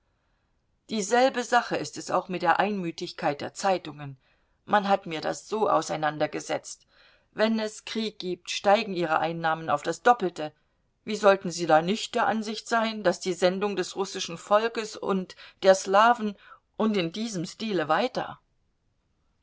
dieselbe sache ist es auch mit der einmütigkeit der zeitungen man hat mir das so auseinandergesetzt wenn es krieg gibt steigen ihre einnahmen auf das doppelte wie sollten sie da nicht der ansicht sein daß die sendung des russischen volkes und der slawen und in diesem stile weiter